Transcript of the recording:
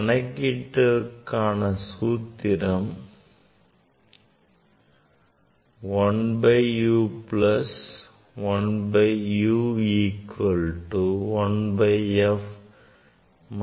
கணக்கீட்டுக்காண சூத்திரம் v 1 by u plus 1 by u equal to 1 by f minus 1 by v ஆகும்